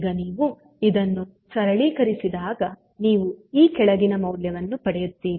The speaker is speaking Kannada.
ಈಗ ನೀವು ಇದನ್ನು ಸರಳೀಕರಿಸಿದಾಗ ನೀವು ಈ ಕೆಳಗಿನ ಮೌಲ್ಯವನ್ನು ಪಡೆಯುತ್ತೀರಿ